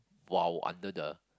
while under the